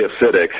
acidic